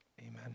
Amen